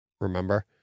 remember